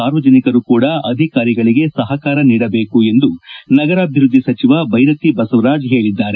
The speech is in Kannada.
ಸಾರ್ವಜನಿಕರು ಕೂಡ ಅಧಿಕಾರಿಗಳಿಗೆ ಸಹಕಾರ ನೀಡಬೇಕು ಎಂದು ನಗರಾಭಿವೃದ್ದಿ ಸಚಿವ ಬೈರತಿ ಬಸವರಾಜ್ ಹೇಳಿದ್ದಾರೆ